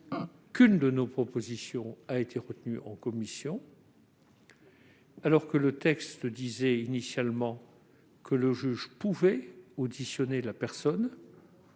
l'une de nos propositions a été retenue en commission. Alors que le texte prévoyait initialement que le juge pouvait auditionner la personne,